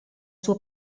suo